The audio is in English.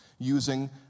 using